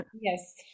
yes